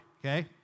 Okay